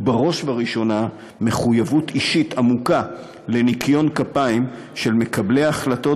ובראש ובראשונה מחויבות אישית עמוקה לניקיון כפיים של מקבלי ההחלטות